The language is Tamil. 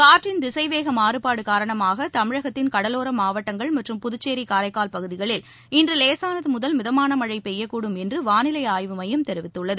காற்றின் திசைவேக மாறுபாடு காரணமாக தமிழகத்தில் கடலோர மாவட்டங்கள் மற்றும் புதுச்சேரி காரர்க்கால் பகுதிகளில் இன்று லேசானது முதல் மிதமான மழை பெய்யக்கூடும் என்று வானிலை ஆய்வு மையம் தெரிவித்துள்ளது